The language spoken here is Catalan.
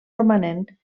romanent